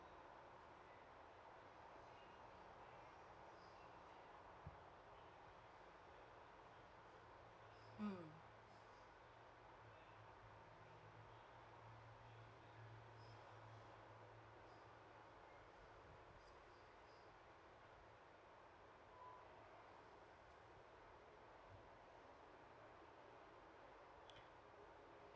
mm